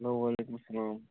hello وعلیکُم االسلام